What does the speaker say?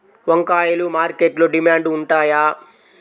వంకాయలు మార్కెట్లో డిమాండ్ ఉంటాయా?